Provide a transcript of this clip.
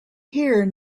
here